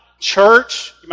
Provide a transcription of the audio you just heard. church